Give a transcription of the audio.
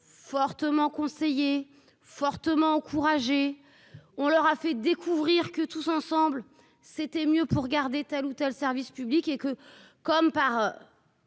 fortement conseillé fortement encouragé, on leur a fait découvrir que tous ensemble, c'était mieux pour garder telle ou telle service public et que comme par.